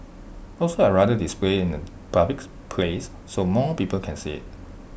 also I'd rather display IT in A public place so more people can see IT